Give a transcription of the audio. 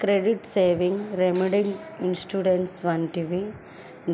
credit, savings, remittance, insurance వంటివి